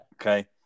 Okay